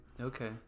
Okay